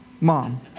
mom